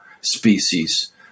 species